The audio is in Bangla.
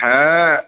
হ্যাঁ